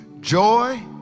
Joy